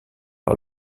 par